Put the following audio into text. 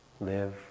live